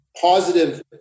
positive